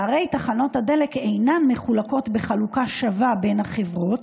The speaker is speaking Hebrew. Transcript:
שהרי תחנות הדלק אינן מחולקות בחלוקה שווה בין החברות,